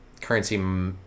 currency